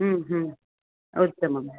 उत्तमम्